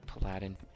Paladin